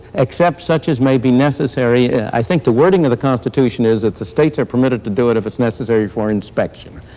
except such as may be necessary. i think the wording of the constitution is that the states are permitted to do it if it's necessary for inspection.